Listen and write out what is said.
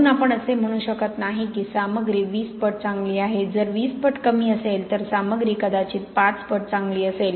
म्हणून आपण असे म्हणू शकत नाही की सामग्री वीस पट चांगली आहे जर वीस पट कमी असेल तर सामग्री कदाचित पाच पट चांगली असेल